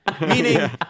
meaning